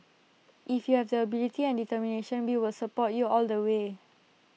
if you have the ability and determination we will support you all the way